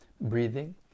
breathing